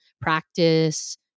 practice